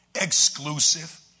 exclusive